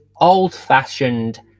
old-fashioned